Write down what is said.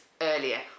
earlier